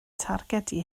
targedu